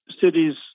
cities